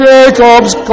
Jacob's